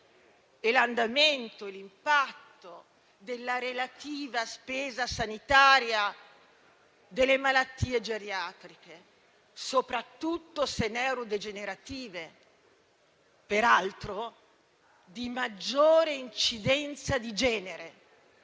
e l'andamento e l'impatto della relativa spesa sanitaria delle malattie geriatriche, soprattutto se neurodegenerative, peraltro di maggiore incidenza di genere.